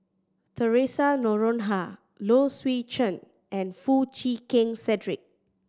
Theresa Noronha Low Swee Chen and Foo Chee Keng Cedric